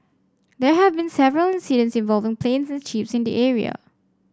there have been several incidents involving planes and chips in the area